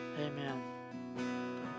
Amen